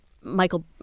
Michael